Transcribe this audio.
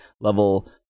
level